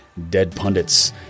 deadpundits